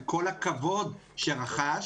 וכל הכבוד שרכש,